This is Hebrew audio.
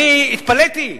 התפלאתי: